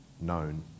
known